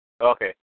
Okay